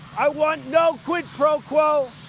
i want no quid pro quo.